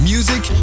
Music